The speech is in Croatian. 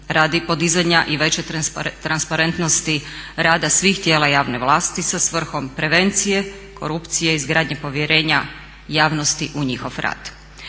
radi podizanja i veće transparentnosti rada svih tijela javne vlasti sa svrhom prevencije, korupcije, izgradnje povjerenja javnosti u njihov rad.